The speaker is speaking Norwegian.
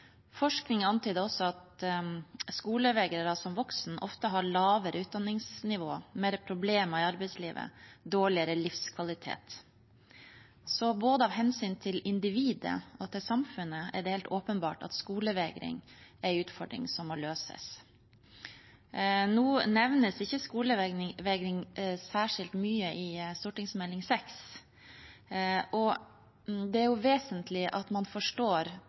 Forskning antyder også at skolevegrere som voksne ofte har lavere utdanningsnivå, mer problemer i arbeidslivet og dårligere livskvalitet. Av hensyn til både individet og samfunnet er det helt åpenbart at skolevegring er en utfordring som må løses. Nå nevnes ikke skolevegring særskilt mye i Meld. St. 6 for 2019–2020. Det er jo vesentlig at man forstår